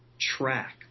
track